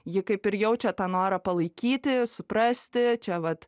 ji kaip ir jaučia tą norą palaikyti suprasti čia vat